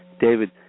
David